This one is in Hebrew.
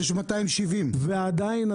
יש 270. ועדיין,